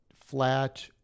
flat